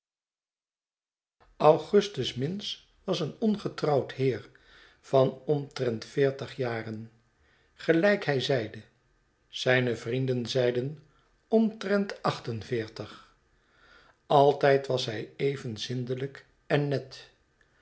augustus minns was een ongetrouwd heer van omtrent veertig jaren gelijk hij zeide zijne vrienden zeiden omtrent acht en veertig altijd was hij even zindelijk en net